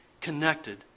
connected